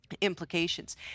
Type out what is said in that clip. implications